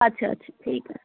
আচ্ছা আচ্ছা ঠিক আছে